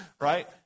right